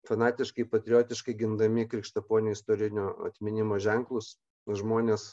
fanatiškai patriotiškai gindami krikštaponį istorinio atminimo ženklus žmonės